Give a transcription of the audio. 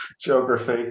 Geography